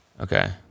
Okay